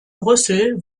brüssel